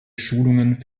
schulungen